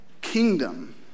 kingdom